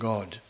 God